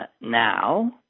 now